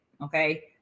okay